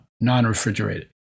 non-refrigerated